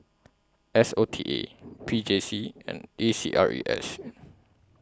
S O T A P J C and A C R E S